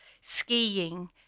skiing